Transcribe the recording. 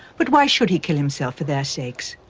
but why should he kill himself for their sakes?